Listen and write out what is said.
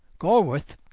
gorworth,